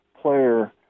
player